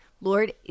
Lord